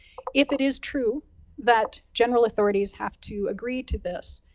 if it is true that general authorities have to agree to this,